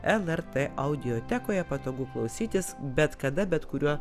lrt audiotekoje patogu klausytis bet kada bet kuriuo